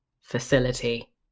facility